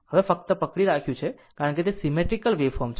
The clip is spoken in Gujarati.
હવે તે ફક્ત પકડી રાખ્યું છે કારણ કે તે સીમેટ્રીકલ વેવફોર્મ છે